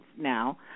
now